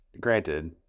granted